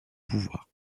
pouvoir